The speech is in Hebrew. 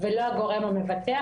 ולא הגורם המבטח.